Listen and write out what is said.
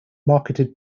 marketed